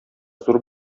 зур